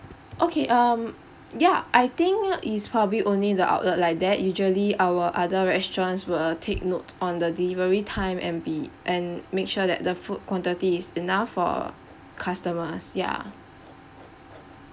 okay um ya I think it's probably only the outlet like that usually our other restaurants will take note on the delivery time and be and make sure that the food quantity is enough for customers ya